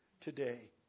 today